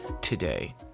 today